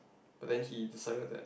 but then he decided that